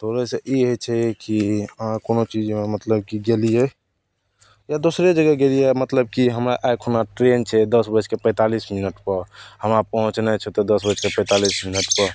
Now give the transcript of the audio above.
दौड़यसँ ई होइ छै की अहाँ कोनो चीजमे मतलब की गेलियै या दोसरे जगह गेलियैये मतलब की हमरा आइखुना ट्रेन छै दस बजके पैंतालिस मिनटपर हमरा पहुँचनाइ छै तऽ दस बाजिकर पैंतालिस मिनटपर